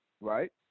right